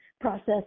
process